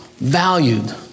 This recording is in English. valued